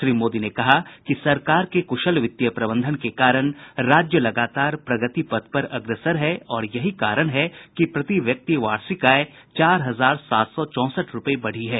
श्री मोदी ने कहा कि सरकार के कुशल वित्तीय प्रबंधन के कारण राज्य लगातार प्रगति पथ पर अग्रसर है और यही कारण है कि प्रति व्यक्ति वार्षिक आय चार हजार सात सौ चौंसठ रूपये बढ़ी है